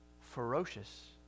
ferocious